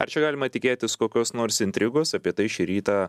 ar čia galima tikėtis kokios nors intrigos apie tai šį rytą